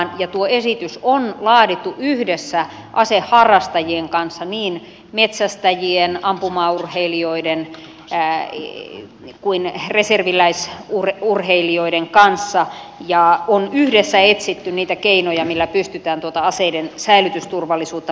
tuo esitys on laadittu yhdessä aseharrastajien kanssa niin metsästäjien ampumaurheilijoiden kuin reserviläisurheilijoiden kanssa ja on yhdessä etsitty niitä keinoja millä pystytään tuota aseiden säilytysturvallisuutta parantamaan